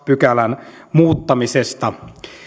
pykälän muuttamisesta